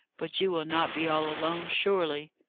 but you will not be all alone, surely?